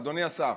אדוני השר,